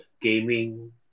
gaming